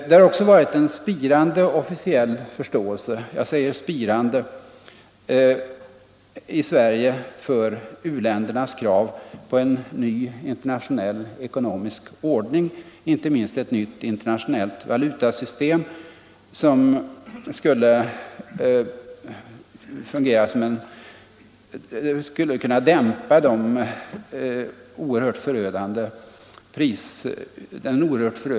Det har också varit en spirande officiell förståelse — jag säger spirande — i Sverige för u-ländernas krav på en ny internationell ekonomisk ordning, inte minst ett nytt internationellt valutasystem som skulle kunna dämpa verkningarna av den oerhört förödande prisutvecklingen.